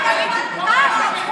השם שלך ארבע פעמים.